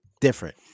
different